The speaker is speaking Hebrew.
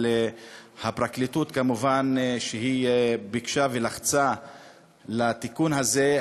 אבל הפרקליטות כמובן היא שביקשה ולחצה לתקן את התיקון הזה.